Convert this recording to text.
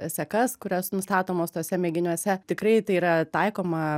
sekas kurios nustatomos tuose mėginiuose tikrai tai yra taikoma